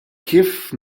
kif